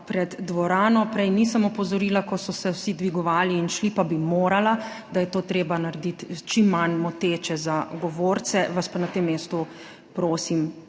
pred dvorano. Prej nisem opozorila, ko so se vsi dvigovali in šli, pa bi morala, da je to treba narediti čim manj moteče za govorce. Vas pa na tem mestu prosim,